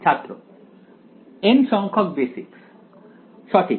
ছাত্র n সংখ্যক basis সঠিক